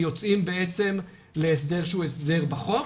ויוצאים להסדר שהוא הסדר בחוק